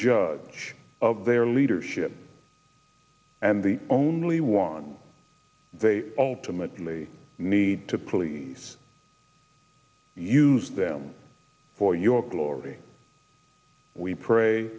judge of their leadership and the only one they ultimately need to please use them for your glory we pray